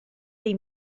dei